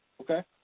Okay